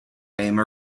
name